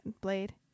blade